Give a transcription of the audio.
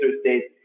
states